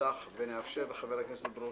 נפתח ונאפשר לחבר הכנסת ברושי.